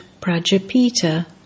Prajapita